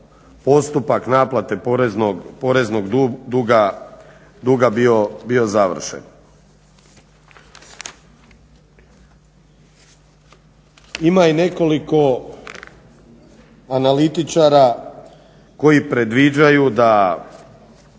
postupak naplate poreznog duga bio završen. Ima i nekoliko analitičara koji predviđaju da